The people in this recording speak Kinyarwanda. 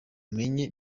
umenye